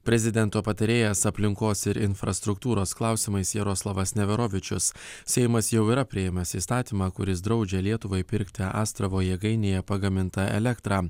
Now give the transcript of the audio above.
prezidento patarėjas aplinkos ir infrastruktūros klausimais jaroslavas neverovičius seimas jau yra priėmęs įstatymą kuris draudžia lietuvai pirkti astravo jėgainėje pagamintą elektrą